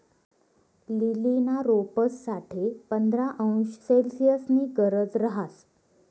लीलीना रोपंस साठे पंधरा अंश सेल्सिअसनी गरज रहास